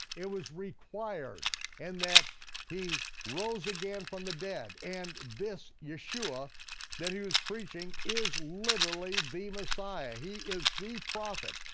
it was required in and that he rose again from the dead, and this yeshua that he was preaching is literally the messiah, he is the prophet.